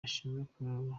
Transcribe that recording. bashinzwe